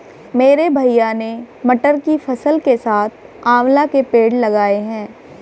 मेरे भैया ने मटर की फसल के साथ आंवला के पेड़ लगाए हैं